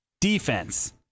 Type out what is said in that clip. defense